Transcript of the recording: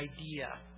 idea